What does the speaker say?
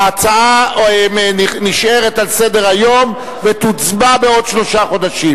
ההצעה נשארת על סדר-היום ותוצבע בעוד שלושה חודשים.